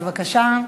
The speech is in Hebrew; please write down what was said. בבקשה,